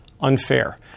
unfair